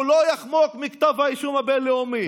הוא לא יחמוק מכתב האישום הבין-לאומי.